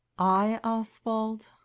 i, oswald?